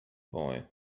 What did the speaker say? boy